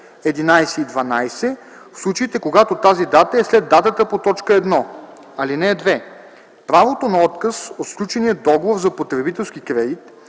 11 и 12 – в случаите, когато тази дата е след датата по т. 1. (2) Правото на отказ от сключения договор за потребителски кредит